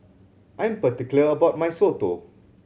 I'm particular about my soto